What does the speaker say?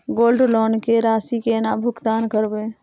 Gold loan के राशि केना भुगतान करबै?